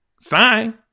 sign